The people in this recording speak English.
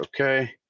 okay